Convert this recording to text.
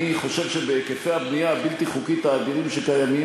אני חושב שבהיקפי הבנייה הבלתי-חוקיים האדירים שקיימים,